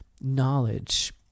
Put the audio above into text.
knowledge